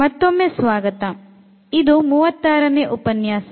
ಮತ್ತೊಮ್ಮೆ ಸ್ವಾಗತ ಇದು ಮೂವತ್ತಾರನೇ ಉಪನ್ಯಾಸ